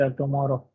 tomorrow